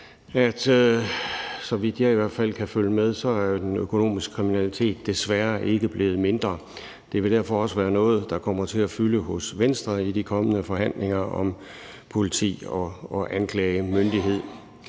i hvert fald så vidt jeg kan følge med, desværre ikke er blevet mindre. Det vil derfor også være noget, der kommer til at fylde hos Venstre i de kommende forhandlinger om politi og anklagemyndighed.